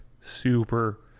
super